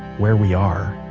where we are,